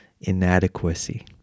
inadequacy